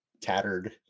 tattered